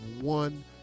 one